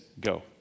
go